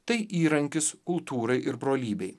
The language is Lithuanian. tai įrankis kultūrai ir brolybei